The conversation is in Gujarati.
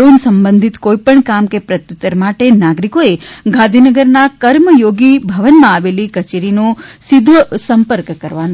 લોન સંબંધિત કોઇપણ કામ કે પ્રત્યુત્તર માટે નાગરિકોએ ગાંધીનગર ના કર્મયોગી ભવનમાં આવેલી કચેરીનો સીધો સંપર્ક કરવા